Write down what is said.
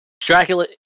dracula